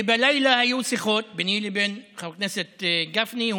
ובלילה היו שיחות ביני לבין חבר הכנסת גפני.